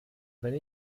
wenn